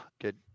Good